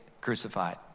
crucified